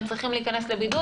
הם צריכים להיכנס לבידוד,